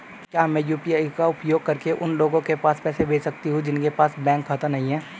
क्या मैं यू.पी.आई का उपयोग करके उन लोगों के पास पैसे भेज सकती हूँ जिनके पास बैंक खाता नहीं है?